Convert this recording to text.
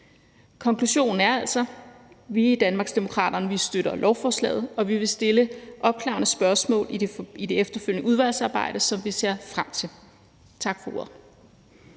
Konklusionen er altså, at vi i Danmarksdemokraterne støtter lovforslaget, og at vi vil stille opklarende spørgsmål i det efterfølgende udvalgsarbejde, som vi ser frem til. Tak for ordet.